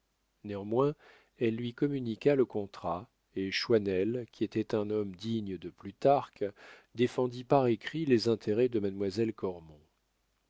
néanmoins elle lui communiqua le contrat et choisnel qui était un homme digne de plutarque défendit par écrit les intérêts de mademoiselle